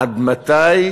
עד מתי